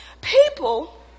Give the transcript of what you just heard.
people